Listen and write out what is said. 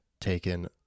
taken